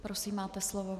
Prosím, máte slovo.